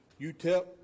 UTEP